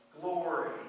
glory